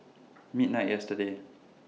midnight yesterday